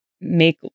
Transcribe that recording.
make